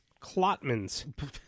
Klotmans